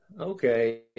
Okay